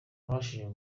nabashije